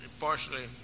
partially